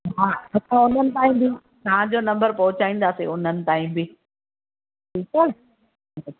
हा त उन्हनि ताईं बि तव्हांजो नम्बर पहुचाईंदासीं उन्हनि ताईं बि ठीकु आहे